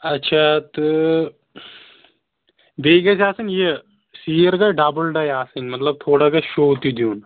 اچھا تہٕ بیٚیہِ گَژھِ آسٕنۍ یہِ سیٖر گٔژھ ڈَبٕل ڈَے آسٕنۍ مطلب تھوڑا گَژھِ شو تہِ دیُن